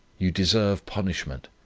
you deserve punishment.